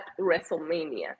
WrestleMania